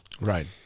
Right